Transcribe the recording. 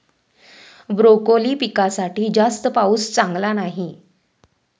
broccoli पिकासाठी जास्त पाऊस चांगला नाही